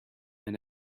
and